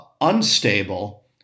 unstable